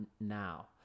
now